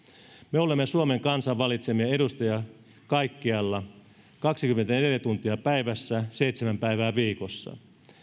me olemme suomen kansan valitsemia edustajia kaikkialla kaksikymmentäneljä tuntia päivässä seitsemän päivää viikossa